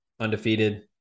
undefeated